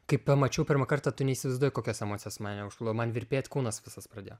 kai pamačiau pirmą kartą tu neįsivaizduoji kokios emocijos mane užplūdo man virpėt kūnas visas pradėjo